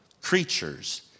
creatures